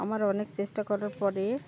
আমার অনেক চেষ্টা করার পরে